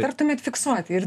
tartumėt fiksuoti ir